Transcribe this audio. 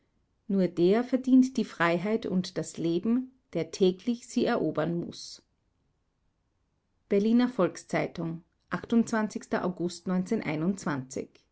nur der verdient die freiheit und das leben der täglich sie erobern muß berliner volks-zeitung august